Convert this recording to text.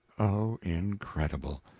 oh, incredible!